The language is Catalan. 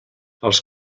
els